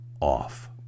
off